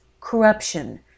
corruption